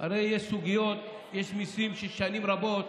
הרי יש סוגיות, יש מיסים ששנים רבות